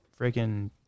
freaking